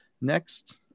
next